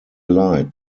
leid